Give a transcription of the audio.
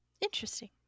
interesting